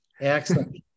Excellent